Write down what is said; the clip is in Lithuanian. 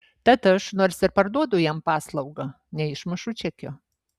tad aš nors ir parduodu jam paslaugą neišmušu čekio